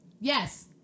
Yes